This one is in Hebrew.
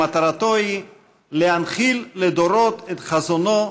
שמטרתו היא להנחיל לדורות את חזונו,